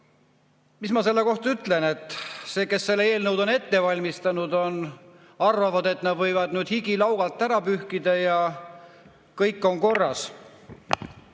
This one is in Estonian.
mis ma selle kohta ütlen? Need, kes selle eelnõu on ette valmistanud, arvavad, et nad võivad higi laubalt ära pühkida, ja kõik on korras.